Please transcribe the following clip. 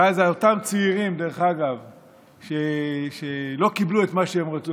ואז אותם צעירים שלא קיבלו את מה שהם רצו,